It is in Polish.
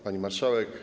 Pani Marszałek!